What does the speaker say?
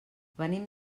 venim